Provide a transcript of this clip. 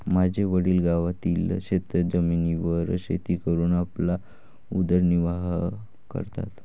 माझे वडील गावातील शेतजमिनीवर शेती करून आपला उदरनिर्वाह करतात